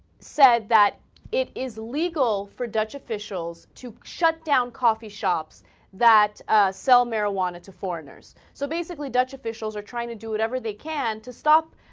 said that it is legal for dutch officials to shutdown coffee shops that as sell marijuana to foreigners so basically dutch officials are trying to do whatever they can to stop